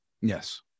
Yes